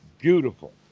beautiful